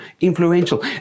influential